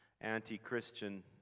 anti-Christian